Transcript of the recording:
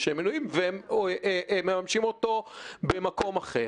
והם ממשים אותה במקום אחר?